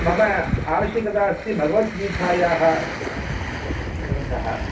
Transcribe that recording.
मम आवश्यकता अस्ति भगवद्गीतायाः ग्रन्थः